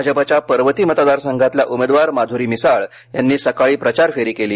भाजपाच्या पर्वती मतदार संघातल्या उमेदवार माध्ररी मिसाळ यांनी सकाळी प्रचार फेरी केली